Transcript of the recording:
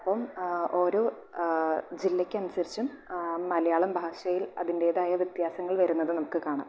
അപ്പം ഓരോ ജില്ലയ്ക്ക് അനുസരിച്ചും മലയാളം ഭാഷയിൽ അതിൻ്റെതായ വ്യത്യാസങ്ങൾ വരുന്നത് നമുക്ക് കാണാം